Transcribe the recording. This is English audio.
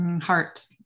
heart